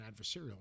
adversarial